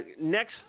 next